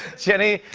jenny,